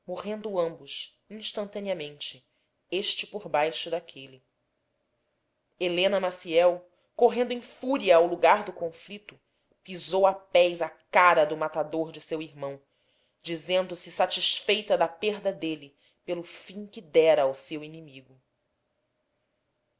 ambos instantaneamente este por baixo daquele helena maciel correndo em fúria ao lugar do conflito pisou a pés a cara do matador de seu irmão dizendo-se satisfeita da perda dele pelo fim que dera ao seu inimigo